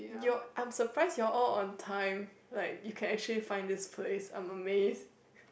y'all I'm surprised y'all all on time like you can actually find this place I'm amazed